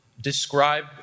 describe